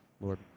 Lord